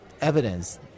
evidence